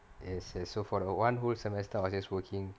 yes yes so for that one whole semester I was just working